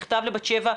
לבת שבע.